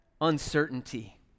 uncertainty